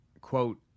quote